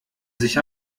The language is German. sich